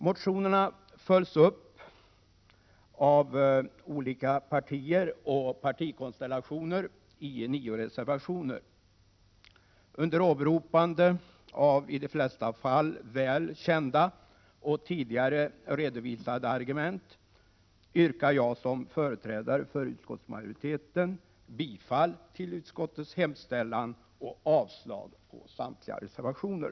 Motionerna följs upp av olika partier och partikonstellationer i nio reservationer. Under åberopande av i de flesta fall väl kända och tidigare redovisade argument yrkar jag som företrädare för utskottsmajoriteten bifall till utskottets hemställan och avslag på samtliga reservationer.